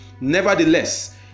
Nevertheless